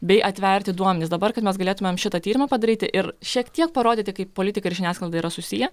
bei atverti duomenis dabar kad mes galėtumėm šitą tyrimą padaryti ir šiek tiek parodyti kaip politikai ir žiniasklaida yra susiję